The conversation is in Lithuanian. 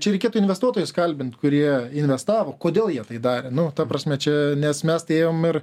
čia reikėtų investuotojus kalbint kurie investavo kodėl jie tai darė nu ta prasme čia nes mes tai ėjom ir